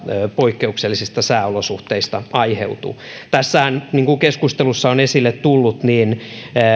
poikkeuksellisista sääolosuhteista aiheutuu tässähän niin kuin keskustelussa on esille tullut